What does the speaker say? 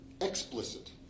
explicit